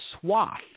swath